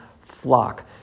flock